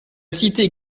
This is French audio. cité